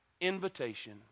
invitation